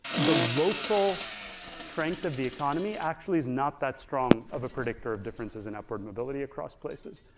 the local strength of the economy actually is not that strong of a predictor of differences in upward mobility across places.